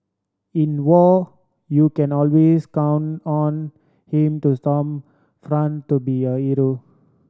in war you can always count on him to storm front to be a hero